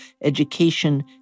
education